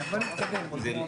תקנות חישוב שטחים.